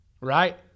right